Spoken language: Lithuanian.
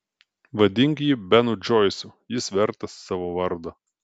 vadink jį benu džoisu jis vertas savo vardo